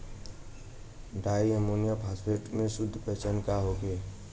Di ammonium phosphate के शुद्ध पहचान का होखे?